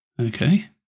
Okay